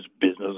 business